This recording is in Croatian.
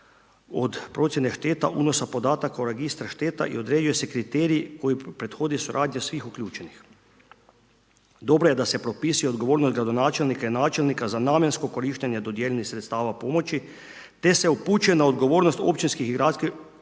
od procjene šteta unosa podataka u Registru šteta i određuju se kriteriji koji prethode suradnji svih uključenih. Dobro je da se propisuje odgovornost gradonačelnika i načelnika za namjensko korištenje dodijeljenih sredstava pomoći te se upućena odgovornost općinskih i gradskih,